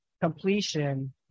completion